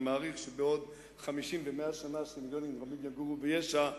אני מעריך שבעוד 50 ו-100 שנים מיליונים רבים יגורו ביש"ע,